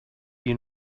you